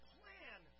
plan